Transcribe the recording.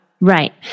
Right